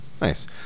Nice